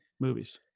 movies